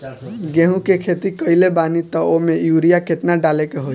गेहूं के खेती कइले बानी त वो में युरिया केतना डाले के होई?